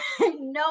No